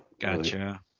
Gotcha